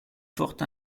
forte